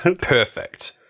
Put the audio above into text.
perfect